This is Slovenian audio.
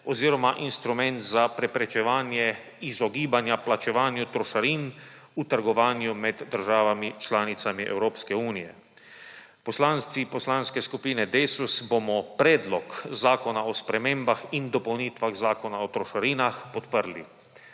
oziroma instrument za preprečevanje izogibanja plačevanju trošarin v trgovanju med državami članicami Evropske unije. Poslanci Poslanske skupine Desus bomo Predlog zakona o spremembah in dopolnitvah Zakona o trošarinah podprli.